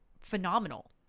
phenomenal